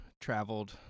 traveled